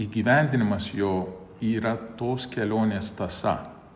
įgyvendinimas jo yra tos kelionės tąsa